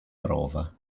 prova